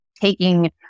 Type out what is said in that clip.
taking